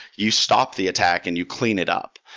you stop the attack and you clean it up.